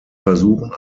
versuchen